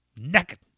naked